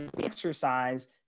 exercise